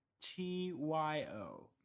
t-y-o